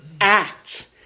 act